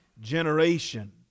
generation